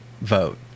vote